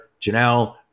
Janelle